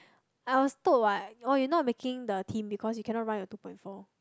I was told what oh you're not making the team because you cannot run your two point four